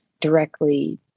directly